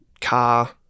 car